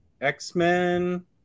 x-men